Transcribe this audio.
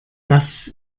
das